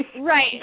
Right